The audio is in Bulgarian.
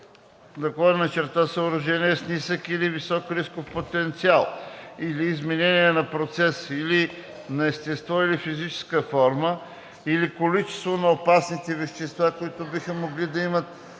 в предприятия/съоръжения с нисък или висок рисков потенциал или изменения на процес, или на естество или физична форма, или количество на опасните вещества, които биха могли да имат